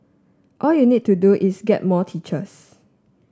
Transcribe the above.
all you need to do is get more teachers